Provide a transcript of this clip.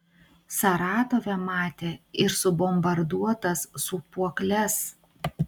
saratove matė ir subombarduotas sūpuokles